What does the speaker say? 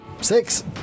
Six